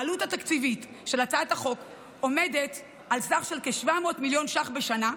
העלות התקציבית של הצעת החוק עומדת על סכום של כ-700 מיליון שקלים בשנה,